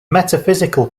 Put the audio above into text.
metaphysical